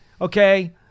okay